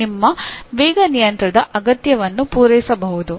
ಇದು ನಿಮ್ಮ ವೇಗ ನಿಯಂತ್ರಣದ ಅಗತ್ಯವನ್ನು ಪೂರೈಸಬಹುದು